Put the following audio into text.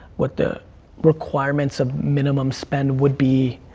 what the requirements of minimum spend would be,